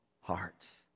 hearts